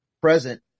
present